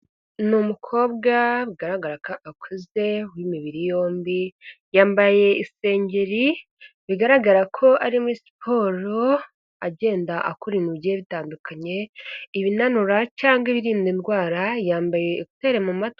Ni umukobwa bigaragara ko akuze w'imibiri yombi, yambaye isengeri bigaragara ko ari muri siporo agenda akora ibintu bigiye bitandukanye, ibinanura cyangwa ibirinda indwara yambaye ekuteri mu matwi.